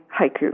haiku